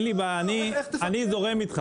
אין בעיה, אני זורם איתך